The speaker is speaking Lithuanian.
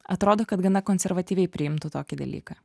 atrodo kad gana konservatyviai priimtų tokį dalyką